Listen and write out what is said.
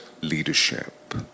leadership